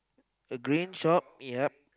the grand shop yep